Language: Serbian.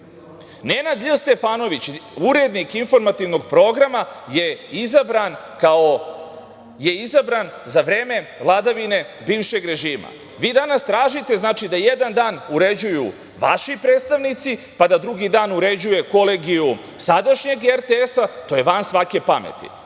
SNS.Nenad Lj. Stefanović, urednik informativnog programa je izabran za vreme vladavine bivšeg režima. Vi danas tražite, znači, da jedan dan uređuju vaši predstavnici, pa da drugi dan uređuje kolegijum sadašnjeg RTS-a, to je van svake pameti.